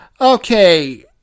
Okay